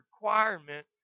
requirement